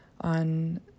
on